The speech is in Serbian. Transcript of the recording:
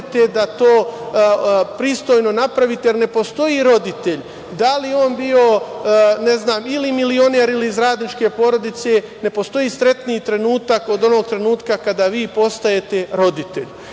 da to pristojno napravite. Ne postoji roditelj, da li on bio, ne znam, ili milioner ili iz radničke porodice, ne postoji srećniji trenutak od onog trenutka kada vi postajete roditelj. Svako